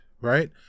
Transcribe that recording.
right